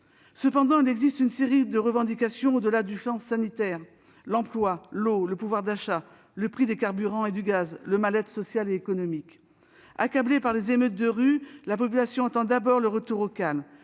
sanitaire, une série de revendications concernant l'emploi, l'eau, le pouvoir d'achat, le prix des carburants et du gaz, le mal-être social et économique. Accablée par les émeutes de rue, la population attend d'abord le retour au calme.